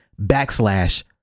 backslash